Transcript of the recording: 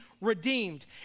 redeemed